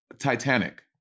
Titanic